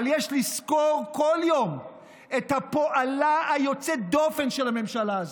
אבל יש לזכור כל יום את פועלה היוצא דופן של הממשלה הזאת,